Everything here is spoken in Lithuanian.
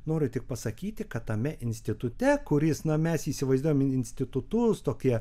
noriu tik pasakyti kad tame institute kuris na mes įsivaizduojam institutus tokie